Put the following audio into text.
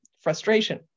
frustration